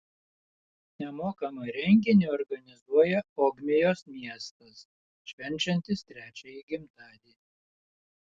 nemokamą renginį organizuoja ogmios miestas švenčiantis trečiąjį gimtadienį